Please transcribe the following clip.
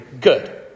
good